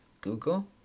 Google